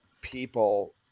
people